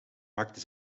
maakte